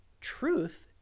truth